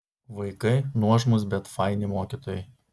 vaikai nuožmūs bet faini mokytojai